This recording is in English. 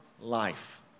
life